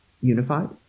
unified